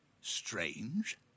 Strange